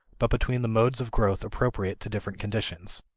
but between the modes of growth appropriate to different conditions.